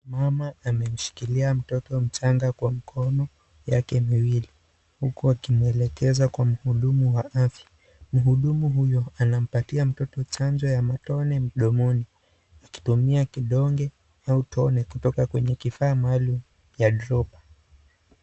Mama ameshikilia mtoto mchanga kwa mkono yake miwili, huku akimwelekeza kwa mhudumu wa afya, mhudumu huyo anampatia mtoto chanjo ya matone mdomoni akitumia kidonge au tone kutoka kwenye kifaa maalum ya dropper .